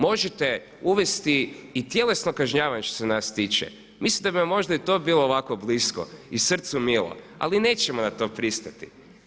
Možete uvesti i tjelesno kažnjavanje što se nas tiče, mislim da bi vam možda i to bilo ovako blisko i srcu milu, ali nećemo na to pristati.